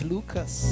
Lucas